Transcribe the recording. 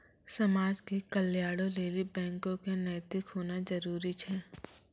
समाज के कल्याणों लेली बैको क नैतिक होना जरुरी छै